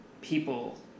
people